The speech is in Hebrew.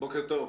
בוקר טוב.